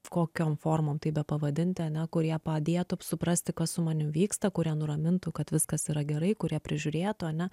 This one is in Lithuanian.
kokiom formom tai bepavadinti ane kurie padėtų suprasti kas su manim vyksta kurie nuramintų kad viskas yra gerai kurie prižiūrėtų ane